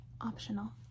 optional